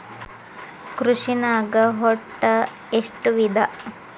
ಕೃಷಿನಾಗ್ ಒಟ್ಟ ಎಷ್ಟ ವಿಧ?